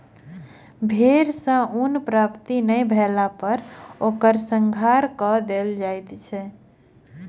भेड़ सॅ ऊन प्राप्ति नै भेला पर ओकर संहार कअ देल जाइत अछि